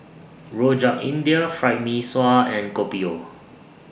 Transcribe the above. Rojak India Fried Mee Sua and Kopi O